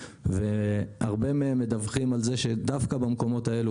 והרבה מהם מדווחים על זה שדווקא במקומות האלה,